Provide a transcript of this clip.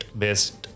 based